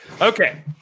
Okay